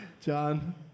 John